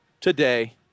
today